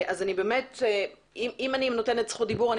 אם אני נותנת למישהו זכות דיבור,